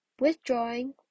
withdrawing